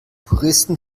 puristen